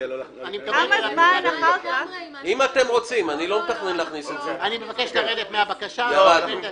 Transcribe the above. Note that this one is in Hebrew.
אני מבקש לרדת מהבקשה.